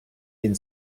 він